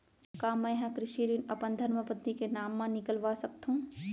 का मैं ह कृषि ऋण अपन धर्मपत्नी के नाम मा निकलवा सकथो?